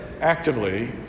actively